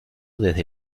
desde